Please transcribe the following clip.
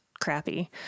crappy